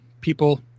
people